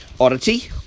oddity